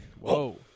Whoa